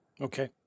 Okay